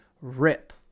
rip